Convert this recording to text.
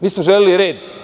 Mi smo želeli red.